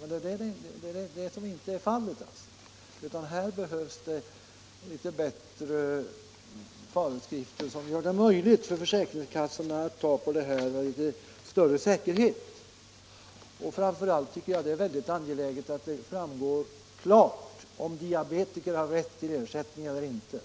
Så är det dock inte, utan här behövs det litet bättre föreskrifter, som gör det möjligt för försäkringskassorna att bedöma dessa ärenden med något större sä kerhet. Framför allt tycker jag att det är mycket angeläget att det klart framgår om diabetiker har rätt till ersättning eller inte.